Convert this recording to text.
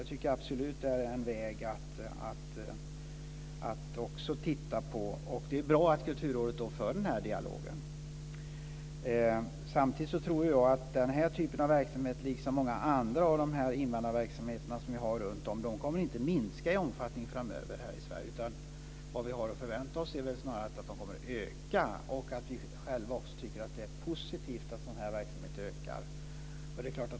Jag tycker absolut att det är en väg att också titta på. Det är bra att Kulturrådet för den här dialogen. Samtidigt tror jag att den här typen av verksamhet, liksom många andra invandrarverksamheter som finns runtom, inte kommer att minska i omfattning framöver här i Sverige. Vad vi har att förvänta oss är väl snarare att de kommer att öka och att vi själva också tycker att det är positivt att sådan här verksamhet ökar.